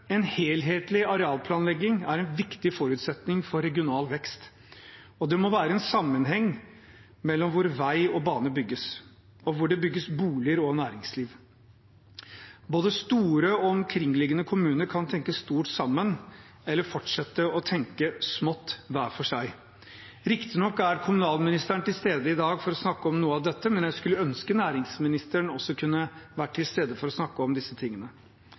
En helhetlig arealplanlegging er en viktig forutsetning for regional vekst. Det må være en sammenheng mellom hvor vei og bane bygges, og hvor det bygges boliger og næringsliv. Både store og omkringliggende kommuner kan tenke stort sammen – eller fortsette å tenke smått hver for seg. Riktignok er kommunalministeren til stede i dag for å snakke om noe av dette, men jeg skulle ønske næringsministeren også kunne vært til stede for å snakke om disse tingene.